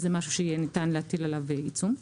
אז זה משהו שניתן יהיה להטיל עליו עיצום.